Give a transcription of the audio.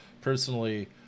personally